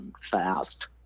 Fast